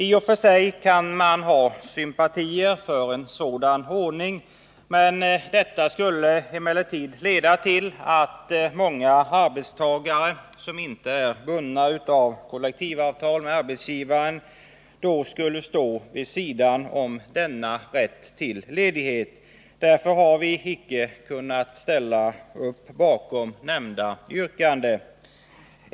I och för sig kan man ha sympatier för en sådan ordning, men detta skulle emellertid leda till att många arbetstagare, som inte är bundna av kollektivavtal med arbetsgivaren, då skulle stå vid sidan om denna rätt till ledighet. Därför har vi icke kunnat ställa upp bakom nämnda motion.